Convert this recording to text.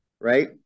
right